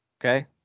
Okay